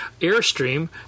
airstream